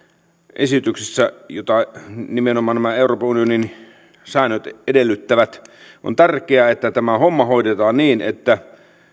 esityksessä jota nimenomaan nämä euroopan unionin säännöt edellyttävät on tärkeää että tämä homma hoidetaan niin että